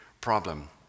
problem